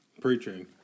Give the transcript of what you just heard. preaching